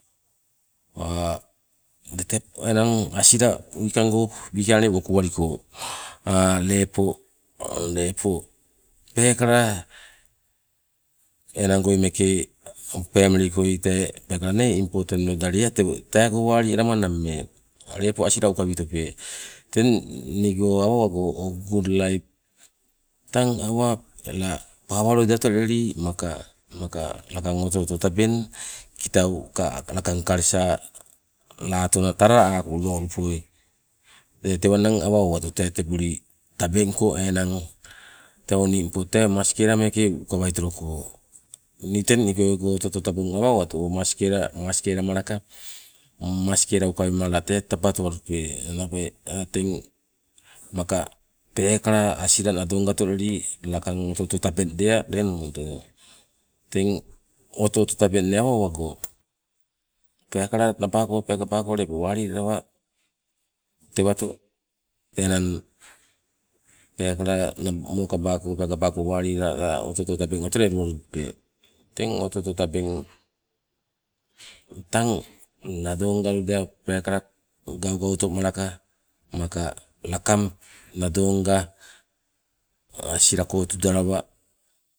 tete enang asila wikang go wikainale wokualiko lepo lepo peekala enang goi meeke femili koi tee peekala impoten loida lea teego walialama nammee lepo asila ukawi tope. Teng nigo awa owago o gut laip tang ana la, pawa loida oto leli maka lakang oto oto tabeng, kitau ka lakang kalesa latona ka talala ako lolupoi, tee tewananang awa owatu tee teburi tabengko tee enang awo ningpo tee maskela meeka okawai toloko. Nii tee nigoi oto oto tabeng awa owatu o maskela maskela malake, maskela ukawema late taba oto walupe, teng maka peekala aik nalong ga otoleli lakang oto oto tabeng lea lenuai. Teng oto oto tabeng inne awa owago peekala nabago peekabako lepo wali lalawa tewato, enang peekaba ka mokabako walilala oto oto tabeng oto lelunape. Teng to oto tabeng tang nadonga loida peekala gaugauto malaka mika tang nadonga asilako tudalawa